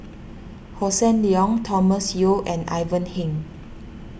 Hossan Leong Thomas Yeo and Ivan Heng